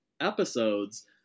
episodes